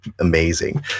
amazing